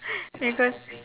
because